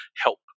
help